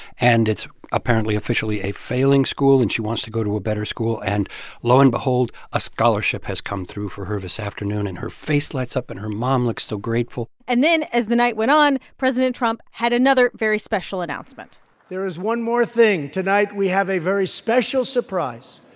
and it's apparently officially a failing school, and she wants to go to a better school. and lo and behold, a scholarship has come through for her this afternoon. and her face lights up. and her mom looks so grateful and then, as the night went on, president trump had another very special announcement there is one more thing. tonight, we have a very special surprise.